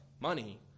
money